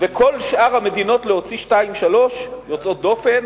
ובכל שאר המדינות, להוציא שתיים-שלוש יוצאות דופן,